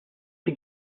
din